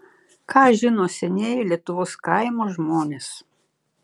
ką žino senieji lietuvos kaimo žmonės